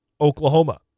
Oklahoma